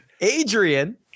Adrian